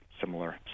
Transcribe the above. similar